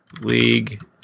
League